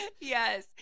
Yes